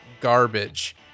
garbage